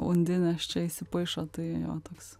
undinės čia įsipaišo tai jo toks